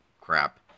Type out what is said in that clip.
crap